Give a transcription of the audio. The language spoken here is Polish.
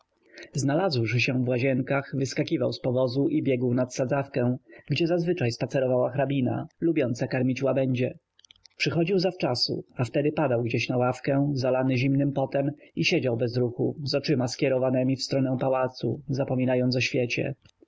znalazłszy się w łazienkach wyskakiwał z powozu i biegł nad sadzawkę gdzie zazwyczaj spacerowała hrabina lubiąca karmić łabędzie przychodził zawczasu a wtedy padał gdzieś na ławkę zalany zimnym potem i siedział bez ruchu z oczyma skierowanemi w stronę pałacu zapominając o świecie